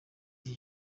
iki